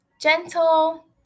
gentle